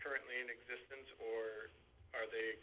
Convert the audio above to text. currently in existence are they